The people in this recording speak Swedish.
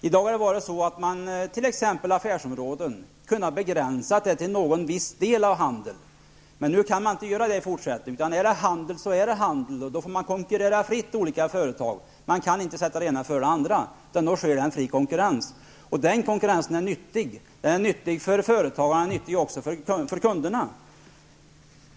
I dag kan man i ett affärsområde ha kunnat begränsa det till en viss del av handeln, men det kan man inte göra i fortsättningen. Är det handel, är det handel, och då får olika företag konkurrera fritt. Man kan inte sätta det ena framför det andra, utan det är fri konkurrens. Fri konkurrens är nyttig för företagare och kunderna.